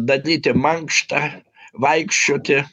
daryti mankštą vaikščioti